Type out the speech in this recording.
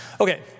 Okay